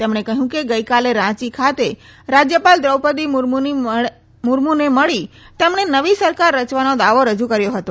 તેમણે કહયું કે ગઇકાલે રાંચી ખાતે રાજયપાલ વ્રોપદી મુર્મુની મળી તેમણે નવી સરકાર રચવાનો દાવો રજૂ કર્યો હતો